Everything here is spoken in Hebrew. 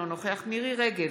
אינו נוכח מירי מרים רגב,